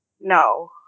No